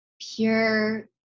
pure